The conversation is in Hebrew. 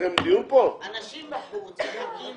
מחדש